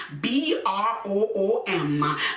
B-R-O-O-M